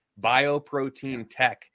BioproteinTech